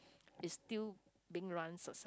is still being run success